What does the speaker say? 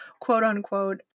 quote-unquote